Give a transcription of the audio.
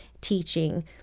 teaching